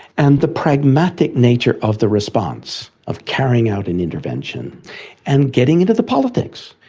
and the pragmatic nature of the response of carrying out an intervention and getting into the politics,